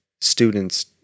students